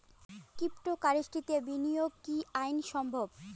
ক্রিপ্টোকারেন্সিতে বিনিয়োগ কি আইন সম্মত?